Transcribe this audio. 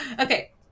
okay